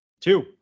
Two